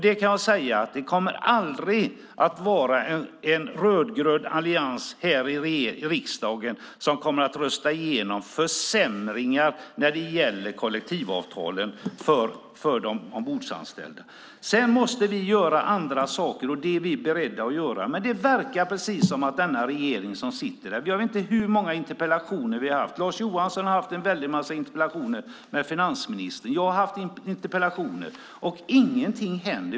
Det kommer aldrig att vara en rödgrön allians här i riksdagen som kommer att rösta igenom försämringar när det gäller kollektivavtalen för de ombordanställda. Sedan måste vi göra andra saker. Det är vi beredda att göra. Men jag vet inte hur många interpellationer vi har haft. Lars Johansson har haft en väldig massa interpellationsdebatter med finansministern. Jag har haft interpellationer. Ingenting händer.